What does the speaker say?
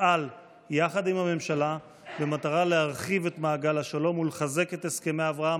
תפעל יחד עם הממשלה במטרה להרחיב את מעגל השלום ולחזק את הסכמי אברהם